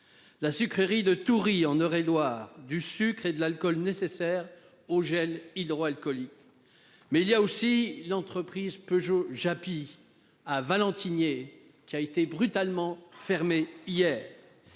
la sucrerie de Toury, en Eure-et-Loir, du sucre et de l'alcool nécessaires aux gels hydroalcooliques. Mais il y a aussi l'entreprise Peugeot Japy, à Valentigney, qui a été brutalement fermée hier